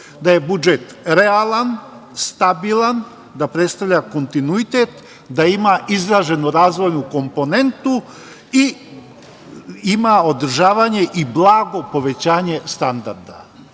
da je budžet realan, stabilan, da predstavlja kontinuitet, da ima izraženu razvojnu komponentu i ima održavanje i blago povećanje standarda. Moram